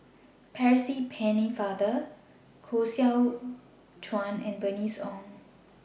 Percy Pennefather Koh Seow Chuan and Bernice Ong